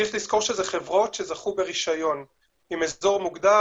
צריך לזכור שאלה חברות שזכו ברישיון עם הסדר מוגדר.